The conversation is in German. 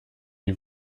die